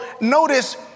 notice